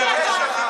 לא נעים לי להגיד לך,